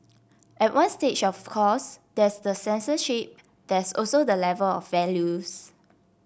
at one stage of course there's the censorship there's also the level of values